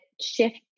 shift